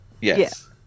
Yes